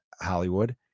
Hollywood